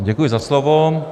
Děkuji za slovo.